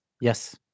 yes